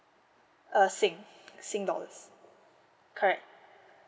uh singapore singapore dollars correct